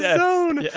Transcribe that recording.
yeah zone. yeah